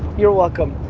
you're welcome.